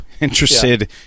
interested